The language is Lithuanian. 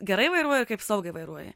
gerai vairuoji kaip saugiai vairuoji